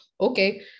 okay